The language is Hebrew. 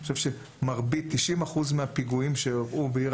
אני חושב ש-90% מהפיגועים שאירעו בעיר